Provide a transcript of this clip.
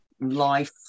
life